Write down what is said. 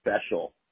special